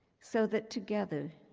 so that together,